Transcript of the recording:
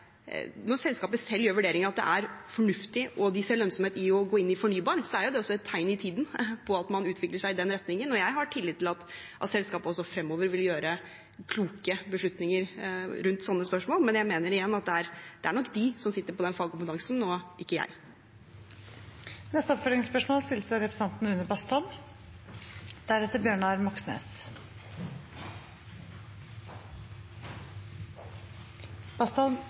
fornuftig, og de ser lønnsomhet i å gå inn i fornybar, er det et tegn i tiden på at man utvikler seg i den retningen. Jeg har tillit til at selskapet også fremover vil ta kloke beslutninger rundt sånne spørsmål. Jeg mener igjen at det nok er de som sitter på den fagkompetansen, og ikke jeg. Une Bastholm – til oppfølgingsspørsmål.